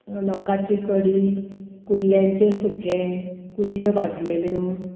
चणकाची कडी कुल्ल्यांचे सुकें कुल्ल्यो भाजलेल्यो